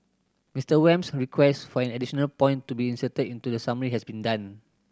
Mister Wham's request for an additional point to be inserted into the summary has been done